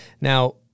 Now